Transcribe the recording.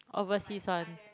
overseas [one]